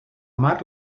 mar